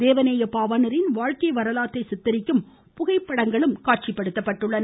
தேவநேய பாவாணரின் வாழ்க்கை வரலாற்றை சித்தரிக்கும் புகைப்படங்களும் காட்சிப்படுத்தப்பட்டுள்ளன